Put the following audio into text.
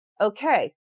Okay